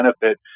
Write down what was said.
benefit